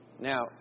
now